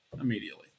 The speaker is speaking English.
immediately